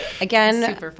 Again